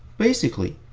basically,